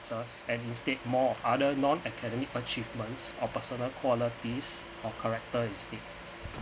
factors and instead more other non academic achievements or personal qualities or characteristic instead